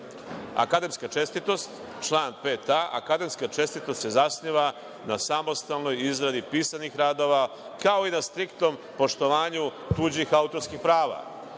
akademska čestitost, član 5a, akademska čestitost se zasniva na samostalnoj izradi pisanih radova, kao i na striktnom poštovanju tuđih autorskih prava.